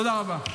תודה רבה.